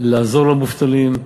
לעזור למובטלים,